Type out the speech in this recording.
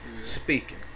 speaking